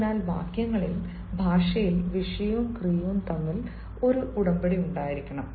അതിനാൽ വാക്യങ്ങളിൽ ഭാഷയിൽ വിഷയവും ക്രിയകളും തമ്മിൽ ഒരു ഉടമ്പടി ഉണ്ടായിരിക്കണം